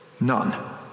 None